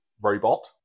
robot